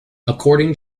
according